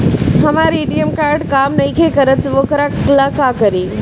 हमर ATM card काम नईखे करत वोकरा ला का करी?